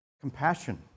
Compassion